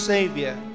Savior